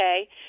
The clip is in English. Okay